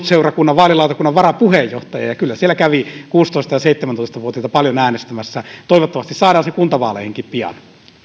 seurakunnan vaalilautakunnan varapuheenjohtaja ja ja kyllä siellä kävi kuusitoista ja seitsemäntoista vuotiaita paljon äänestämässä toivottavasti saadaan se kuntavaaleihinkin pian